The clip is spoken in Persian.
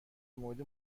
مورد